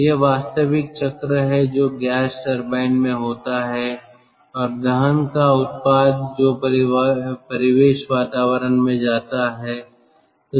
तो यह वास्तविक चक्र है जो गैस टरबाइन में होता है और दहन का उत्पाद जो परिवेश वातावरण में जाता है